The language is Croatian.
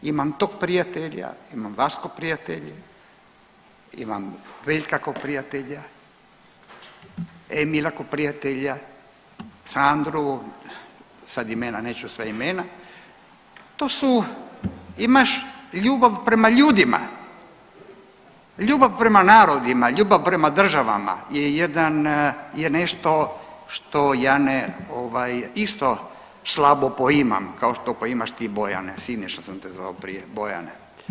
Imam tog prijatelja, imam vas ko prijatelja, imam Veljka ko prijatelja, Emila ko prijatelja, Sandru sad imena neću sva imena, to su imaš ljubav prema ljudima, ljubav prema narodima, ljubav prema državama je jedan je nešto što ja ne isto slabo poimam kao što poimaš ti Bojane, Siniša sam te zvao prije Bojane.